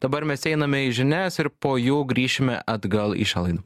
dabar mes einame į žinias ir po jų grįšime atgal į šią laidą